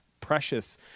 precious